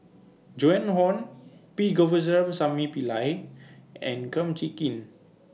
Joan Hon P Govindasamy Pillai and Kum Chee Kin